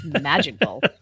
Magical